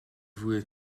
fwy